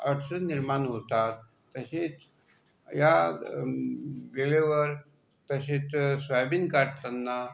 अडचण निर्माण होतात तसेच या वेळेवर तसेच सोयाबीन काढतांना